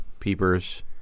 peepers